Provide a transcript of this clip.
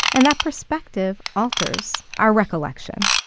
and that perspective alters our recollection